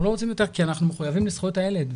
אנחנו לא רוצים יותר כי אנחנו מחויבים לזכויות הילד.